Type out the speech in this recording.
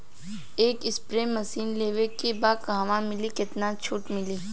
एक spray machine लेवे के बा कहवा मिली केतना छूट मिली?